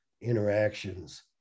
interactions